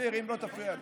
אם לא תפריע לי.